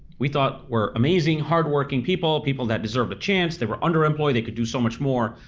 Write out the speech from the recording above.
we thought were amazing, hardworking people, people that deserved a chance. they were underemployed, they could do so much more.